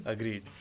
Agreed